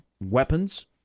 weapons